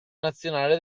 nazionale